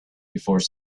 before